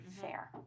fair